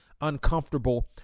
uncomfortable